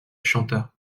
chanta